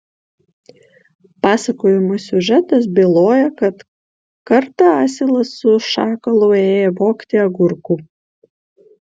pasakojimo siužetas byloja kad kartą asilas su šakalu ėję vogti agurkų